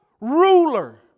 ruler